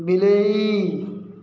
ବିଲେଇ